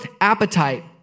appetite